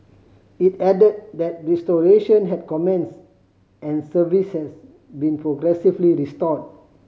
it added that restoration had commenced and service has been progressively restored